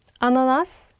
Ananas